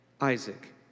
Isaac